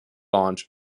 launch